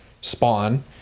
Spawn